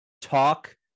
talk